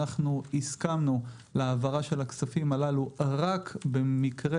אנחנו הסכמנו להעברת הכספים הללו רק במקרה